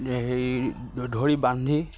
হেৰি ধৰি বান্ধি